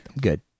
good